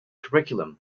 curriculum